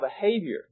behavior